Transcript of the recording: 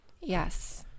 Yes